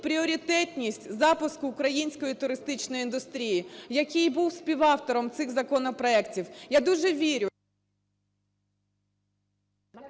пріоритетність запуску української туристичної індустрії, який був співавтором цих законопроектів. Я дуже вірю…